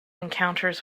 encounters